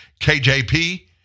KJP